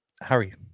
Harry